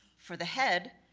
for the head,